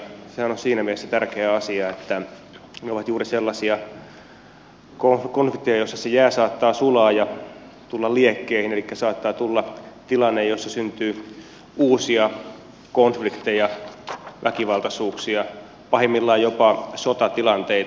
sehän on siinä mielessä tärkeä asia että ne ovat juuri sellaisia konflikteja joissa se jää saattaa sulaa ja tulla liekkeihin elikkä saattaa tulla tilanne jossa syntyy uusia konflikteja väkivaltaisuuksia pahimmillaan jopa sotatilanteita